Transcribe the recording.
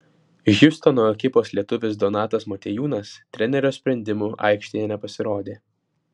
hjustono ekipos lietuvis donatas motiejūnas trenerio sprendimu aikštėje nepasirodė